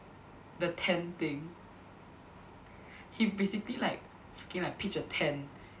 the tent thing he basically like freaking like pitched a tent